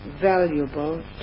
valuable